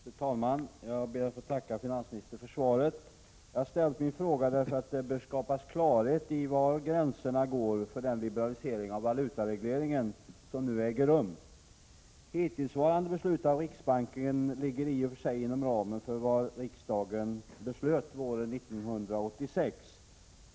Fru talman! Jag ber att få tacka finansministern för svaret. Jag har ställt min fråga därför att det bör skapas klarhet i var gränserna går för den liberalisering av valutaregleringen som nu äger rum. Hittillsvarande beslut av riksbanken ligger i och för sig inom ramen för vad riksdagen beslutade våren 1986.